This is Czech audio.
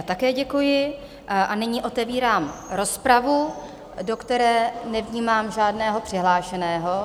Také děkuji a nyní otevírám rozpravu, do které nevnímám žádného přihlášeného.